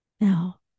Now